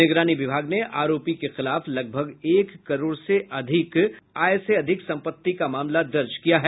निगरानी विभाग ने आरोप के खिलाफ लगभग एक करोड़ से अधिक आय से अधिक संपत्ति का मामला दर्ज किया है